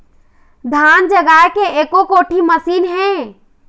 धान जगाए के एको कोठी मशीन हे?